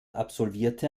absolvierte